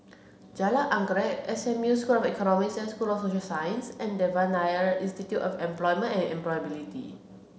Jalan Anggerek S M U School of Economics and School of Social Sciences and Devan Nair Institute of Employment and Employability